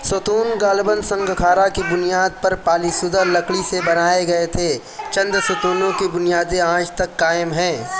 ستون غالباً سنگ خارا کی بنیاد پر پالش شدہ لکڑی سے بنائے گئے تھے چند ستونوں کی بنیادیں آج تک قائم ہیں